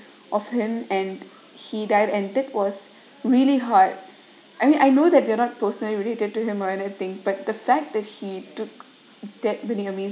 of him and he died and that was really hard I mean I know that you are not personally related to him or anything but the fact that he took that really amazing